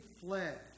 fled